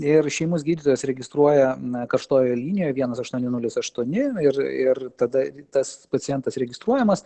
ir šeimos gydytojas registruoja na karštojoje linijoje vienas aštuoni nulis aštuoni ir ir tada tas pacientas registruojamas